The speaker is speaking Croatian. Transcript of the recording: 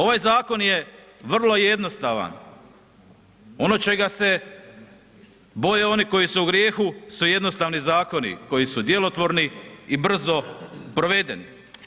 Ovaj zakon je vrlo jednostavan, ono čega se boje oni koji su u grijehu, su jednostavni zakoni koji su djelotvorni i brzo proveden.